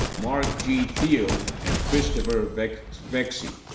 mark g. thiel, and christopher vecsey vecsey